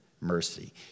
mercy